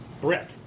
brick